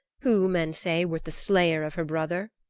who, men say, wert the slayer of her brother?